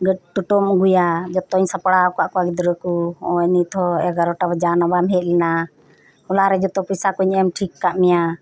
ᱴᱳᱴᱳᱢ ᱟᱹᱜᱩᱭᱟ ᱡᱷᱚᱛᱚᱧ ᱥᱟᱯᱲᱟᱣ ᱟᱠᱟᱫ ᱠᱚᱣᱟ ᱜᱤᱫᱽᱨᱟᱹ ᱠᱚ ᱱᱚᱜ ᱚᱭ ᱱᱤᱛᱦᱚᱸ ᱮᱜᱟᱨᱚᱴᱟ ᱵᱟᱡᱟᱣ ᱮᱱᱟ ᱵᱟᱢ ᱦᱮᱡ ᱞᱮᱱᱟ ᱦᱚᱞᱟ ᱨᱮ ᱡᱷᱚᱛᱚ ᱯᱚᱭᱥᱟ ᱠᱩᱧ ᱮᱢ ᱴᱷᱤᱠ ᱟᱠᱟᱫ ᱢᱮᱭᱟ